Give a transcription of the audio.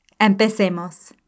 empecemos